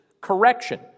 correction